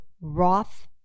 Roth